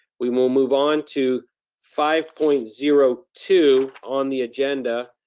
we will move on to five point zero two on the agenda,